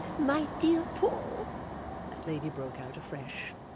my dear paul that lady broke out afresh,